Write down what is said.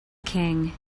king